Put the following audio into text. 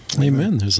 Amen